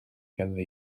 ganddi